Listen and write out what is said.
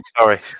Sorry